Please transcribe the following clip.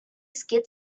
skid